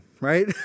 right